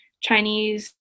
chinese